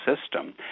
system